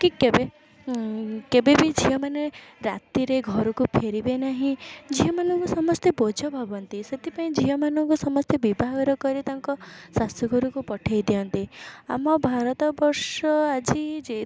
କି କେବେ କେବେ ବି ଝିଅମାନେ ରାତିରେ ଘରକୁ ଫେରିବେ ନାହିଁ ଝିଅମାନଙ୍କୁ ସମସ୍ତେ ବୋଝ ଭାବନ୍ତି ସେଥିପାଇଁ ଝିଅମାନଙ୍କୁ ସମସ୍ତେ ବିଭାଘର କରି ତାଙ୍କ ଶାଶୂଘରକୁ ପଠେଇ ଦିଅନ୍ତି ଆମ ଭାରତବର୍ଷ ଆଜି ଯେତେ